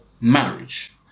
marriage